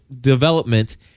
development